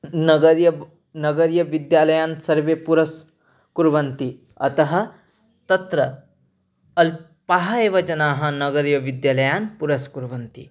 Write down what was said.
नगरीयान् नगरीयविद्यालयान् सर्वे पुरस्कुर्वन्ति अतः तत्र अल्पाः एव जनाः नगरीयविद्यालयान् पुरस्कुर्वन्ति